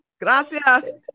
gracias